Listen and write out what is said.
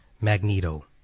Magneto